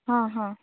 ହଁ ହଁ